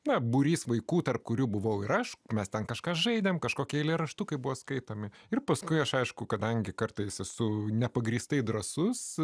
na būrys vaikų tarp kurių buvau ir aš mes ten kažkas žaidėme kažkokie eilėraštukai buvo skaitomi ir paskui aš aišku kadangi kartais esu nepagrįstai drąsus